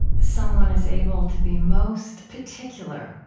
someone is able to be most particular,